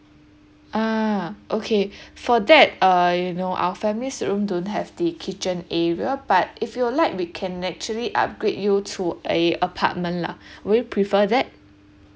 ah okay for that uh you know our family suite room don't have the kitchen area but if you'd like we can actually upgrade you to a apartment lah would you prefer that